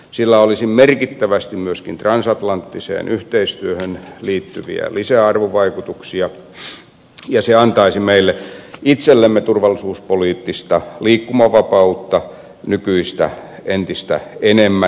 sillä olisi merkittävästi myöskin transatlanttiseen yhteistyöhön liittyviä lisäarvovaikutuksia ja se antaisi meille itsellemme turvallisuuspoliittista liikkumavapautta entistä enemmän